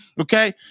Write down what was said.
Okay